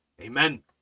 amen